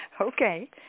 Okay